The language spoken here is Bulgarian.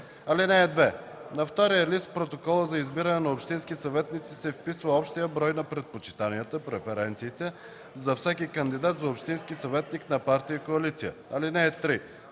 решения. (2) На втория лист в протокола за избиране на общински съветници се вписва общият брой на предпочитанията (преференциите) за всеки кандидат за общински съветник на партия и коалиция. (3)